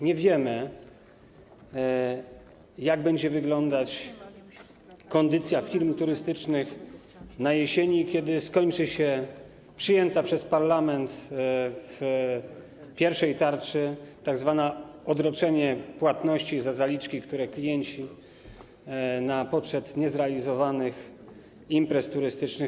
Nie wiemy, jak będzie wyglądać kondycja firm turystycznych na jesieni, kiedy skończy się przyjęte przez parlament w pierwszej tarczy tzw. odroczenie płatności za zaliczki, które klienci wpłacili na poczet niezrealizowanych imprez turystycznych.